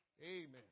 Amen